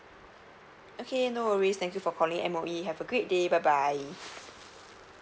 okay no worries thank you for calling M_O_E have a great day bye bye